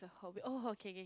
oh okay kay kay